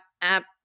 app